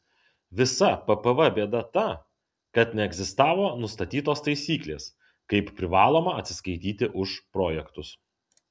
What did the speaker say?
visa ppv bėda ta kad neegzistavo nustatytos taisyklės kaip privaloma atsiskaityti už projektus